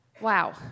Wow